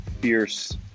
fierce